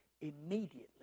immediately